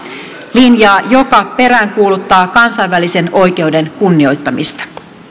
linjaa joka peräänkuuluttaa kansainvälisen oikeuden kunnioittamista